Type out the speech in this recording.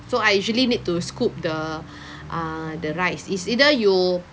so I usually need to scoop the ah the rice is either you